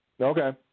Okay